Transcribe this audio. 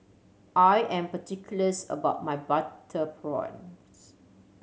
I am particulars about my butter prawns